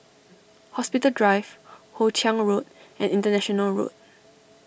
Hospital Drive Hoe Chiang Road and International Road